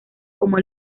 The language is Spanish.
como